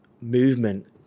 movement